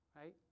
right